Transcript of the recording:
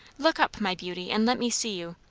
look up, my beauty, and let me see you.